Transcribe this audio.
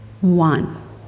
one